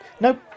nope